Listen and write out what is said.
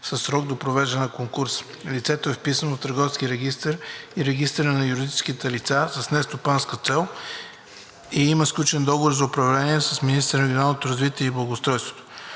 със срок до провеждане на конкурс. Лицето е вписано в Търговския регистър и регистъра на юридическите лица с нестопанска цел и има сключен договор за управление с министъра на регионалното развитие и благоустройството.